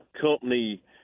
company –